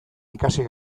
ikasi